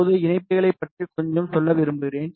இப்போது இணைப்பிகளைப் பற்றி கொஞ்சம் சொல்ல விரும்புகிறேன்